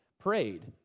prayed